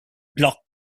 block